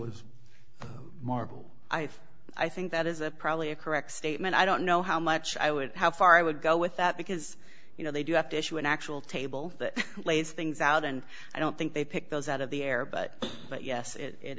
think i think that is a probably a correct statement i don't know how much i would how far i would go with that because you know they do have to show an actual table that lays things out and i don't think they picked those out of the air but but yes it